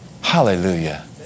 Hallelujah